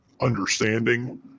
understanding